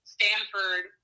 Stanford